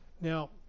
Now